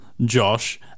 Josh